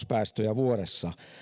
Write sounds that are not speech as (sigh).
(unintelligible) päästöjä vuodessa